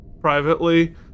Privately